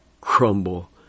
crumble